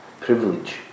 privilege